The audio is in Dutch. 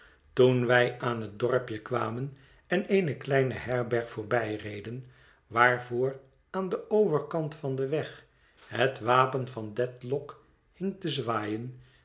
toen wij aan het dorpje kwamen en eene kleine herberg voorbijreden waarvoor aan den overkant van den weg het wapen van dedlock hing te zwaaien